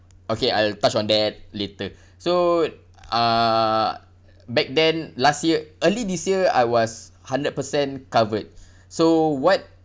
okay I'll touch on that later so uh back then last year early this year I was hundred percent covered so what